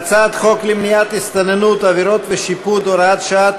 הצעת חוק למניעת הסתננות (עבירות ושיפוט) (הוראת שעה),